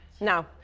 No